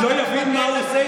לא יבין מה הוא עושה,